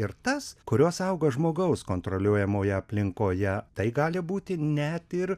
ir tas kurios auga žmogaus kontroliuojamoje aplinkoje tai gali būti net ir